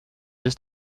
this